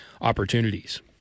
opportunities